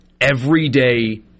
everyday